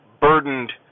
burdened